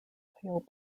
pale